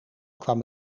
kwam